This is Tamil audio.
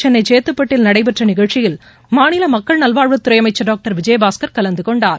சென்னைசேத்துப்பட்டில் நடைபெற்றநிகழ்ச்சியில் மாநிலமக்கள் நல்வாழ்வுத்துறைஅமைச்சர் டாக்டர் விஜயபாஸ்கர் கலந்துகொண்டார்